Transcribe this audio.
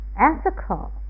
ethical